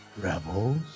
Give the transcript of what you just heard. Rebels